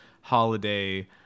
holiday